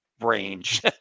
range